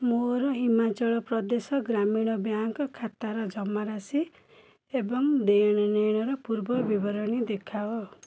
ମୋର ହିମାଚଳ ପ୍ରଦେଶ ଗ୍ରାମୀଣ ବ୍ୟାଙ୍କ୍ ଖାତାର ଜମାରାଶି ଏବଂ ଦେଣନେଣର ପୂର୍ବବିବରଣୀ ଦେଖାଅ